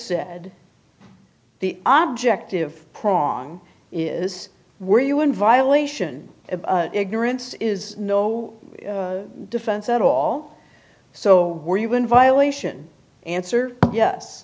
said the object of prong is were you in violation of ignorance is no defense at all so were you in violation answer yes